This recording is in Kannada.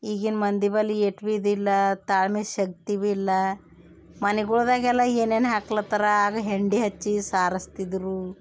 ಈಗಿನ ಮಂದಿ ಬಳಿ ಏಟು ಭೀ ಇದಿಲ್ಲ ತಾಳ್ಮೆ ಶಕ್ತಿ ಭೀ ಇಲ್ಲ ಮನಿಗೊಳ್ದಾಗೆಲ್ಲ ಏನು ಏನು ಹಾಕ್ಲತರ ಅದು ಹೆಂಡಿ ಹಚ್ಚಿ ಸಾರಸ್ತಿದ್ರು